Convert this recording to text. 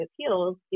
appeals